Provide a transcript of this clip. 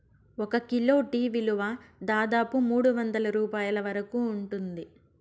ఒక kilo tea విలువ దాదాపు మూడువందల రూపాయల వరకు ఉంటుంది